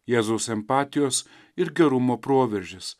jėzaus empatijos ir gerumo proveržis